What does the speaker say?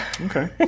Okay